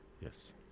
yes